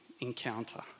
encounter